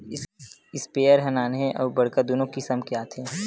sprayer ह नान्हे अउ बड़का दुनो किसम के आथे